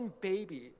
baby